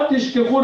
אל תשכחו,